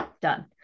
done